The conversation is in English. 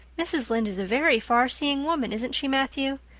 mrs. lynde is a very farseeing woman, isn't she, matthew?